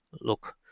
Look